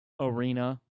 arena